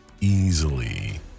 easily